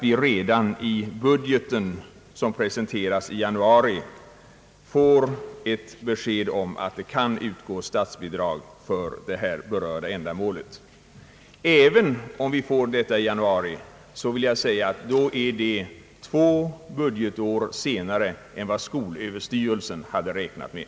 I den budget som skall presenteras i januari borde vi få ett besked om att det kan utgå statsbidrag till simundervisningslokal. Även om vi får detta besked i januari, så vill jag påpeka att statsbidrag då skulle komma att utgå två budgetår senare än vad skolöverstyrelsen hade räknat med.